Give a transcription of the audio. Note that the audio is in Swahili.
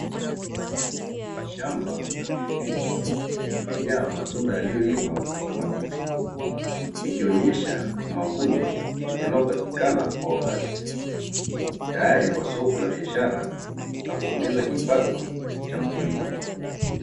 Shamba la pilipili limejaa matunda yaliyoiva na mabichi, ikionyesha mavuno yanayopatikana kwa wakati, tayari kwa soko la biashara na kuongeza kipato cha mkulima.